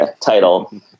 title